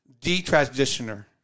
detransitioner